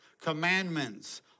commandments